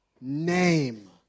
name